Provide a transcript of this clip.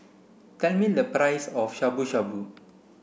tell me the price of Shabu Shabu